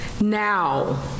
now